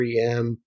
3M